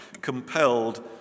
compelled